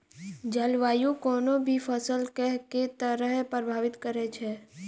जलवायु कोनो भी फसल केँ के तरहे प्रभावित करै छै?